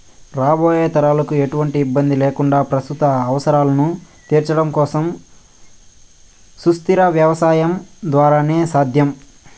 రాబోయే తరాలకు ఎటువంటి ఇబ్బంది లేకుండా ప్రస్తుత అవసరాలను తీర్చుకోవడం సుస్థిర వ్యవసాయం ద్వారానే సాధ్యం